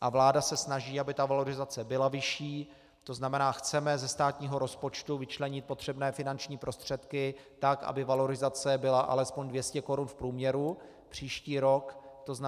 A vláda se snaží, aby ta valorizace byla vyšší, tzn. chceme ze státního rozpočtu vyčlenit potřebné finanční prostředky tak, aby valorizace byla alespoň 200 korun v průměru příští rok, tzn.